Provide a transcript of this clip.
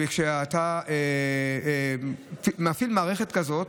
כשאתה מפעיל מערכת כזאת,